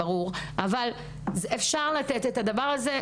אבל אפשר לתת את הדבר הזה.